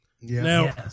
Now